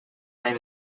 claim